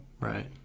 Right